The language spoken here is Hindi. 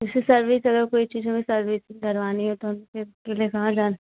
जैसे सर्विस अगर कोई चीज हमें सर्विसिंग करवानी हो तो हम के लिए कहाँ जा